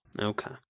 okay